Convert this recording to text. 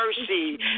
mercy